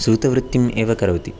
सूतवृत्तिम् एव करोति